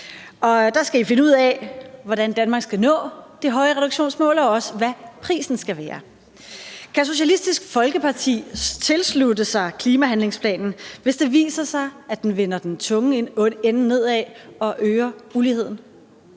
Der skal I finde ud af, hvordan Danmark skal nå det høje reduktionsmål, og også hvad prisen skal være. Kan Socialistisk Folkeparti tilslutte sig klimahandlingsplanen, hvis det viser sig, at den vender den tunge ende nedad og øger uligheden?